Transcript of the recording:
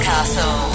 Castle